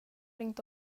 inte